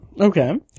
Okay